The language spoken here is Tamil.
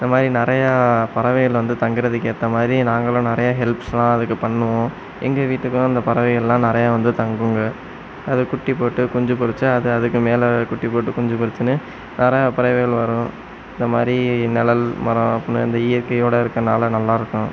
இந்த மாதிரி நிறையா பறவைகள் வந்து தங்கறதுக்கு ஏற்ற மாதிரி நாங்களும் நிறையா ஹெல்ப்ஸ்லாம் அதுக்கு பண்ணுவோம் எங்கள் வீட்டுக்கும் அந்த பறவைகள்லாம் நிறையா வந்து தங்குங்க அது குட்டி போட்டு குஞ்சு பொரிச்சு அது அதுக்கு மேலே குட்டி போட்டு குஞ்சு பொரிச்சின்னு நிறையா பறவைகள் வரும் இதை மாதிரி நிழல் மரம் அப்புன்னு இந்த இயற்கையோட இருக்கிறனால நல்லாயிருக்கும்